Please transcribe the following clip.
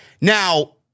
Now